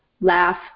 laugh